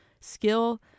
skill